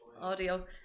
audio